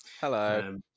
Hello